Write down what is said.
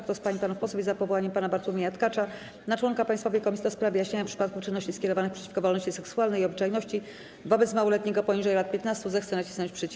Kto z pań i panów posłów jest za powołaniem pana Bartłomieja Tkacza na członka Państwowej Komisji do spraw wyjaśniania przypadków czynności skierowanych przeciwko wolności seksualnej i obyczajności wobec małoletniego poniżej lat 15, zechce nacisnąć przycisk.